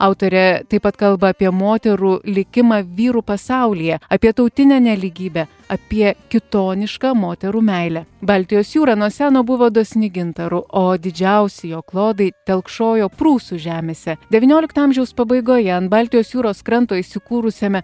autorė taip pat kalba apie moterų likimą vyrų pasaulyje apie tautinę nelygybę apie kitonišką moterų meilę baltijos jūra nuo seno buvo dosni gintaru o didžiausi jo klodai telkšojo prūsų žemėse devyniolikto amžiaus pabaigoje ant baltijos jūros kranto įsikūrusiame